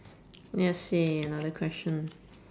let's see another question